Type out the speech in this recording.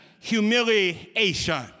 humiliation